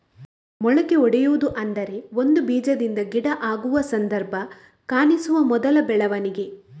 ಮೊಳಕೆಯೊಡೆಯುವುದು ಅಂದ್ರೆ ಒಂದು ಬೀಜದಿಂದ ಗಿಡ ಆಗುವ ಸಂದರ್ಭ ಕಾಣಿಸುವ ಮೊದಲ ಬೆಳವಣಿಗೆ